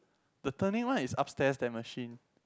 the turning one is upstairs that machine